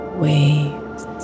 waves